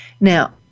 Now